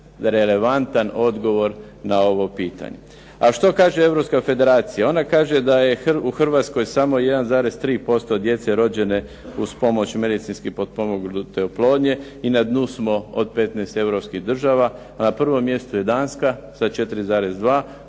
relevantan odgovor na ovo pitanje. A što kaže Europska federacija? Ona kaže da je u Hrvatskoj samo 1,3% djece rođene uz pomoć medicinski potpomognute oplodnje i na dnu smo od 15 europskih država. Na prvom mjestu je Danska sa 4,2.